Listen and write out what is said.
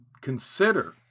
consider